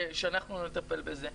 שאנחנו נטפל בזה.